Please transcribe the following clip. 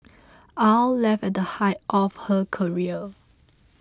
Aw left at the height of her career